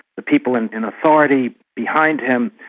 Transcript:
the people in in authority behind him,